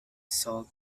sault